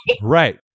Right